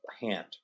hand